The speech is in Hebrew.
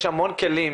יש המון כלים